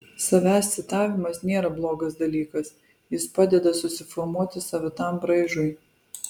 savęs citavimas nėra blogas dalykas jis padeda susiformuoti savitam braižui